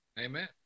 Amen